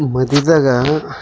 ಮದಿವ್ಯಾಗ